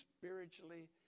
spiritually